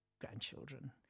grandchildren